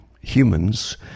Humans